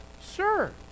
sir